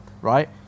right